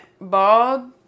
bald